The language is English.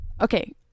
Okay